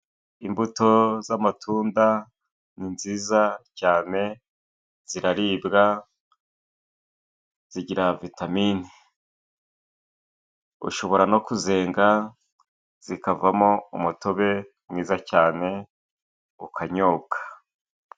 Imbuto z'amatunda ninziza cyane. Zraribwa, zigira vitamini. Ushobora no kuzenga zikavamo umutobe mwiza cyane ukanyobwa.